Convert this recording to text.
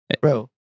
bro